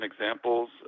examples